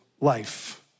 life